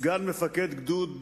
סגן מפקד גדוד בצנחנים,